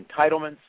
entitlements